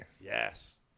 Yes